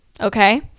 okay